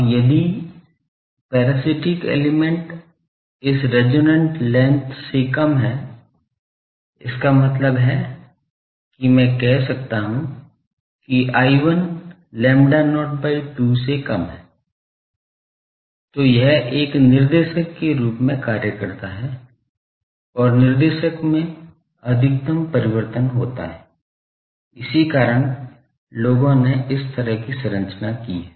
अब यदि parasitic element इस रजोनैंट लेंथ से कम है इसका मतलब है कि मैं कह सकता हूँ कि I1 lambda not by 2 से कम है तो यह एक निर्देशक के रूप में कार्य करता है और निर्देशक में अधिकतम परिवर्तन होता है इसी कारण लोगों ने इस तरह की संरचना की है